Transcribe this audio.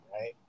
right